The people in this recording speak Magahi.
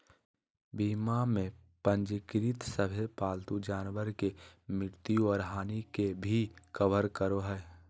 बीमा में पंजीकृत सभे पालतू जानवर के मृत्यु और हानि के भी कवर करो हइ